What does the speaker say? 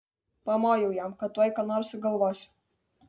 pamojau jam kad tuoj ką nors sugalvosiu